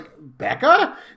Becca